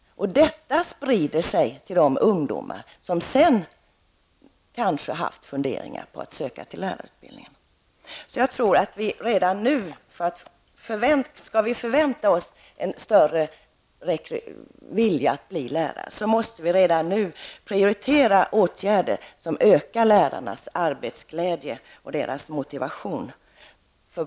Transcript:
Detta sprider sig till de ungdomar som kanske haft funderingar på att söka sig till lärarutbildningen. Skall vi förvänta oss en större rekrytering och en större vilja att bli lärare måste vi redan nu prioritera åtgärder som ökar lärarnas arbetsglädje och ökar deras motivation.